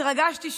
התרגשתי שם,